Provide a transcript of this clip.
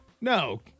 No